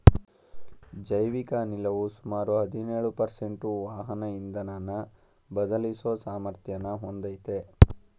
ಜೈವಿಕ ಅನಿಲವು ಸುಮಾರು ಹದಿನೇಳು ಪರ್ಸೆಂಟು ವಾಹನ ಇಂಧನನ ಬದಲಿಸೋ ಸಾಮರ್ಥ್ಯನ ಹೊಂದಯ್ತೆ